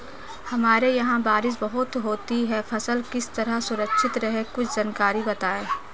हमारे यहाँ बारिश बहुत होती है फसल किस तरह सुरक्षित रहे कुछ जानकारी बताएं?